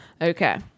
okay